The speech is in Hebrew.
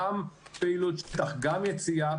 גם פעילות שטח וגם יציאה,